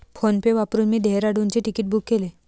PhonePe वापरून मी डेहराडूनचे तिकीट बुक केले